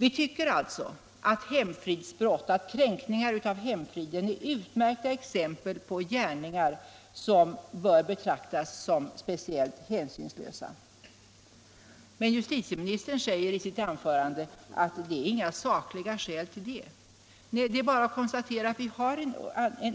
Vi tycker alltså att kränkningar av hemfriden är utmärkta exempel på gärningar som bör betraktas som speciellt hänsynslösa, men justitieministern säger i sitt anförande att det inte finns några sakliga skäl till detta. Det är bara att konstatera att vi har